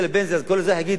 אז כל אזרח יגיד: אתה יודע מה,